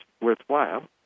worthwhile